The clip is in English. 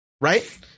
right